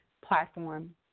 platform